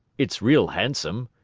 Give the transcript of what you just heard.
it's real handsome.